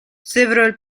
several